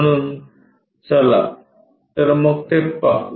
म्हणून चला तर मग ते पाहू